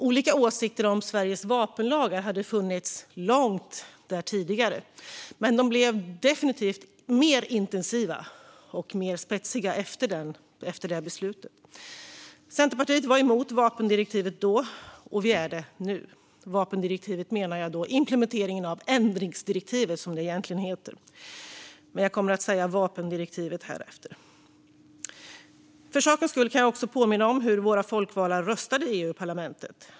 Olika åsikter om Sveriges vapenlagar hade funnits långt tidigare, men de blev definitivt mer intensiva och mer spetsiga efter detta beslut. Centerpartiet var emot vapendirektivet då och är emot det nu. Med vapendirektivet menar jag implementeringen av ändringsdirektivet, som det egentligen heter, men jag kommer att säga vapendirektivet hädanefter. För sakens skull kan jag påminna om hur våra folkvalda röstade i EU-parlamentet.